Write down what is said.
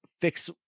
fix